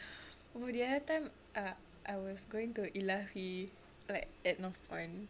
oh the other time ah I was going to ilahui like at northpoint